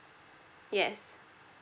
yes